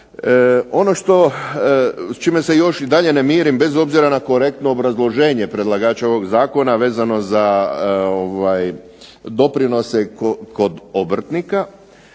Ono što, čime se još i dalje ne mirim bez obzira na korektno obrazloženje predlagača ovog zakona vezano za doprinose kod obrtnika.